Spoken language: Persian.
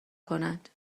کنند